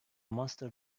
master